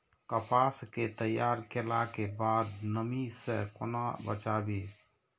कपास के तैयार कैला कै बाद नमी से केना बचाबी?